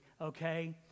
Okay